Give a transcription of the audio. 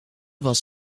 was